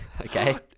Okay